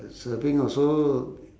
surfing also